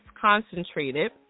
concentrated